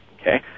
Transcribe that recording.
okay